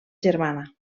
germana